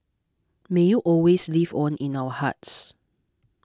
may you always live on in our hearts